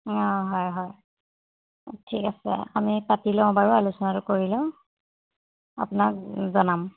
অঁ হয় হয় ঠিক আছে আমি পাতি লওঁ বাৰু আলোচনাটো কৰি লওঁ আপোনাক জনাম